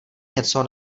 něco